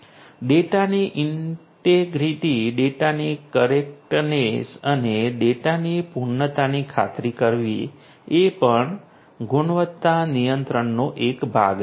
ડેટાની ઈન્ટેગ્રિટી ડેટાની કરેક્ટનેસ અને ડેટાની પૂર્ણતાની ખાતરી કરવી એ પણ ગુણવત્તા નિયંત્રણનો એક ભાગ છે